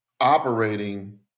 operating